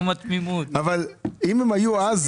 אבל אם הם היו אז,